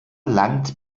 land